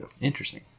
Interesting